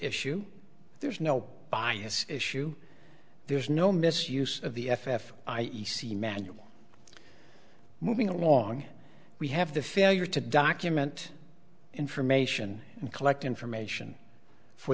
issue there's no bias issue there's no misuse of the f f i e c manual moving along we have the failure to document information and collect information for